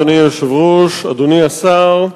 אדוני היושב-ראש, אדוני השר,